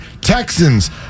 Texans